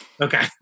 Okay